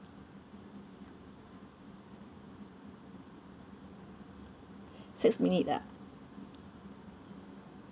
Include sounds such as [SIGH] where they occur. [BREATH] six minute ah